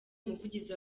umuvugizi